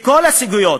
בכל הסוגיות,